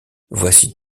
voici